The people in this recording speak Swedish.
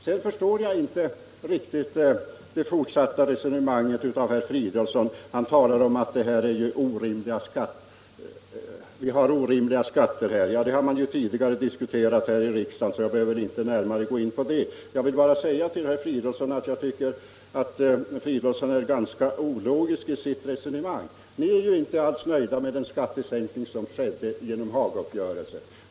Sedan förstår jag inte riktigt herr Fridolfssons fortsatta resonemang när han talar om orimliga skatter. Jag tycker att herr Fridolfsson på den punkten är ganska ologisk i sitt resonemang. Ni är ju inte alls nöjda med den skattesänkning som blev följden av Hagauppgörelsen.